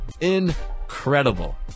Incredible